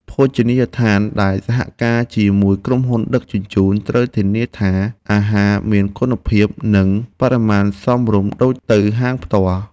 ភោជនីយដ្ឋានដែលសហការជាមួយក្រុមហ៊ុនដឹកជញ្ជូនត្រូវធានាថា អាហារមានគុណភាព និងបរិមាណសមរម្យដូចទៅហាងផ្ទាល់។